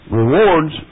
rewards